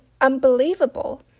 unbelievable